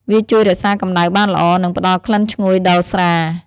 វាជួយរក្សាកំដៅបានល្អ និងផ្ដល់ក្លិនឈ្ងុយដល់ស្រា។